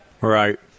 Right